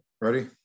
Ready